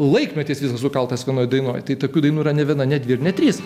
laikmetis sukeltas vienoj dainoj tai tokių dainų yra ne viena ne dvi ir ne trys